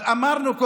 אבל אמרנו,